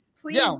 please